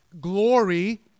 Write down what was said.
glory